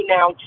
now